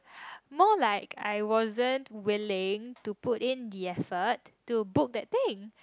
more like I wasn't willing to put in the effort to book that thing